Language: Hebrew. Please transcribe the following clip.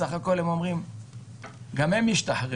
סך הכול הם אומרים שגם הם השתחררו,